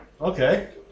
Okay